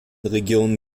regionen